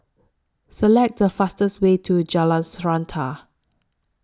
Select The fastest Way to Jalan Srantan